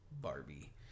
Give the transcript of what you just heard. Barbie